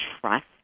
trust